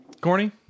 Corny